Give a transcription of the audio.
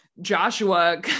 joshua